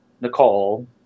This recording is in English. Nicole